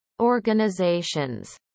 organizations